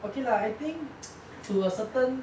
okay lah I think to a certain